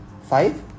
five